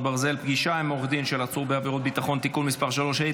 ברזל) (פגישה עם עורך דין של עצור בעבירת ביטחון) (תיקון מס' 3),